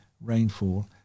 rainfall